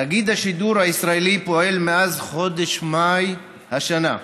תאגיד השידור הישראלי פועל מאז חודש מאי השנה.